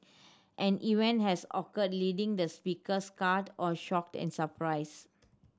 an event has occur leaving the speaker scared or shocked and surprised